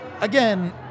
again